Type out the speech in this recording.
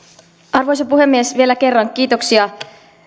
arvoisa puhemies vielä kerran kiitoksia